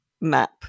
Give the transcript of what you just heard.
map